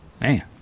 Man